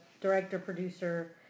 director-producer